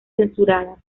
censuradas